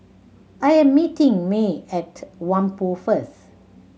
I am meeting Mae at Whampoa first